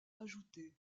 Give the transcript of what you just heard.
ajouté